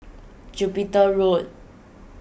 Jupiter Road